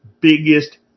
biggest